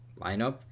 lineup